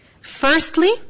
Firstly